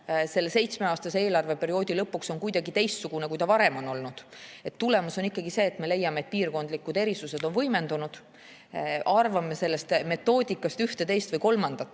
seitsmeaastase eelarveperioodi lõpuks kuidagi teistsugune kui varem. Tulemus ehk on see, et me leiame, et piirkondlikud erisused on võimendunud. Me arvame sellest metoodikast ühte, teist või kolmandat,